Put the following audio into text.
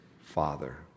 father